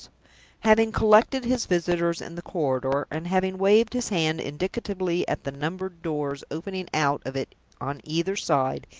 having collected his visitors in the corridor, and having waved his hand indicatively at the numbered doors opening out of it on either side,